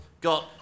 got